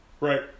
Right